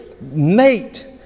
mate